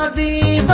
ah the